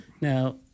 Now